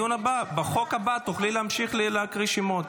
בחוק הבא תוכלי להמשיך להקריא שמות.